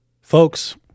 Folks